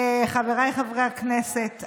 חבריי חברי הכנסת,